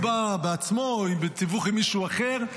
הוא בא בעצמו או בתיווך של מישהו אחר.